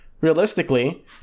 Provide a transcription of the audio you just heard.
realistically